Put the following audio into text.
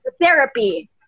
therapy